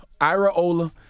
Iraola